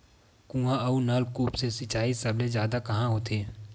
कुआं अउ नलकूप से सिंचाई सबले जादा कहां होथे?